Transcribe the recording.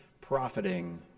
profiting